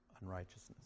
unrighteousness